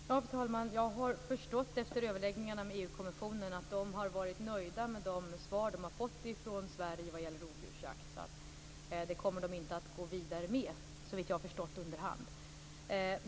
Fru talman! Jag har förstått efter överläggningarna med EU-kommissionen att man har varit nöjd med de svar man har fått från Sverige vad gäller rovdjursjakt. Det kommer man inte att gå vidare med, såvitt jag har förstått under hand.